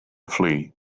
flee